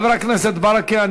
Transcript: חבר הכנסת ברכה,